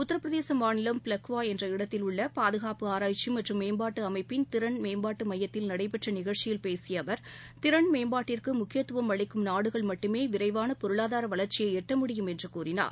உத்தரப் பிரதேச மாநிலம் பிளக்குவா என்ற இடத்தில் உள்ள பாதுகாப்பு ஆராய்ச்சி மற்றும் மேம்பாட்டு அமைப்பின் திறன்மேம்பாட்டு மையத்தில் நடைபெற்ற நிகழ்ச்சியில் பேசிய அவர் திறன்மேம்பாட்டிற்கு முக்கியத்துவம் அளிக்கும் நாடுகள் மட்டுமே விரைவாள பொருளாதார வளர்ச்சியை எட்ட முடியும் என்று கூறினார்